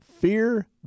fear